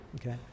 Okay